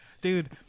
Dude